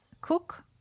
cook